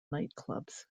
nightclubs